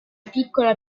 piccola